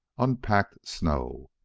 unpacked snow.